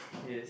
yes